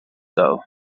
though